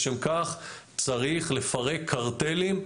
לשם כך צריך לפרק קרטלים.